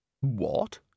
What